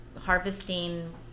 harvesting